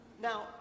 Now